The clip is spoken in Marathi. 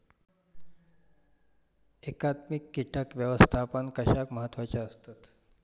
एकात्मिक कीटक व्यवस्थापन कशाक महत्वाचे आसत?